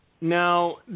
Now